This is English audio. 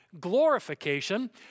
glorification